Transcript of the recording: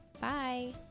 Bye